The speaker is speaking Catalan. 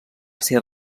ser